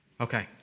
Okay